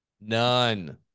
None